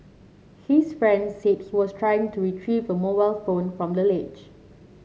his friend said he was trying to retrieve a mobile phone from the ledge